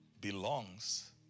Belongs